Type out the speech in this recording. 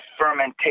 fermentation